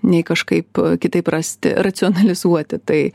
nei kažkaip kitaip rasti racionalizuoti tai